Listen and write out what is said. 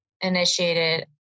initiated